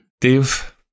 Dave